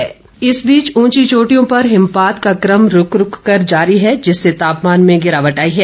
मौसम इस बीच ऊंची चोटियों पर हिमपात का क्रम रूक रूक कर जारी है जिससे तापमान में गिरावट आई है